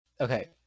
Okay